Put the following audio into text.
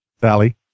sally